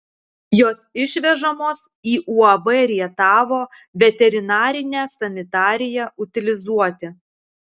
jos išvežamos į uab rietavo veterinarinę sanitariją utilizuoti